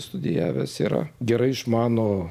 studijavęs yra gerai išmano